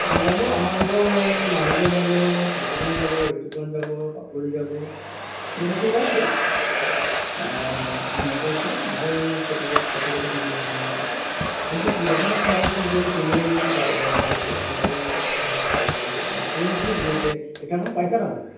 অঁ যাব আমাৰ লগৰ এই মাধুৰ্য্য যাব বিতোপন যাব ঋতুপণ যাব পাপৰি যাব এনেকৈ সিহঁতি ওলাইছে অঁ ওলাইছে ভাল টপিকত টপিক এটাত মিটিং এখন হ'ব তাতে মই ভাবিছোঁ সেইকাৰণে তোমালৈ ফোন কৰিলোঁ তুমিও বোলো যা যোৱা নেকি আকৌ পিছত আকৌ নক'লে বুলি ক'ব ন তুমি কি দিলে এটাখন পাইছা তাৰমানে